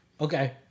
Okay